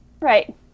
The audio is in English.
right